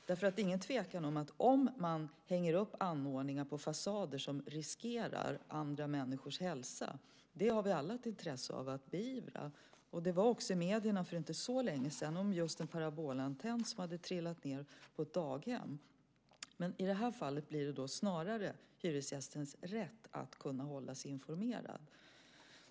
Det är ingen tvekan om att vi alla har intresse av att beivra att man på fasader hänger upp anordningar som riskerar andra människors hälsa. För inte så länge sedan kunde vi i medierna läsa om just en parabolantenn som hade trillat ned på ett daghem. I det här fallet handlar det snarare om hyresgästens rätt att kunna hålla sig informerad.